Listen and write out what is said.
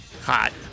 hot